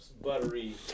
buttery